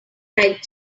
like